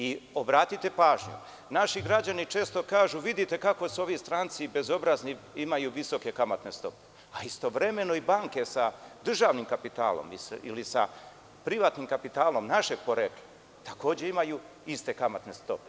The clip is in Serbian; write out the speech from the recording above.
I, obratite pažnju naši građani često kažu – vidite kako su ovi stranci bezobrazni imaju visoke kamatne stope, a istovremeno i banke sa državnim kapitalom ili sa privatnim kapitalom našeg porekla takođe imaju iste kamatne stope.